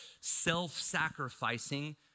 self-sacrificing